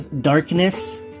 Darkness